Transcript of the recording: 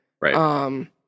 right